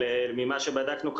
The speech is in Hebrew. ממה שבדקנו,